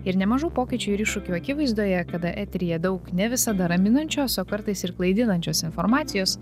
ir nemažų pokyčių ir iššūkių akivaizdoje kada eteryje daug ne visada raminančios o kartais ir klaidinančios informacijos